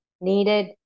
needed